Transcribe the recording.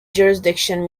jurisdiction